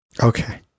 Okay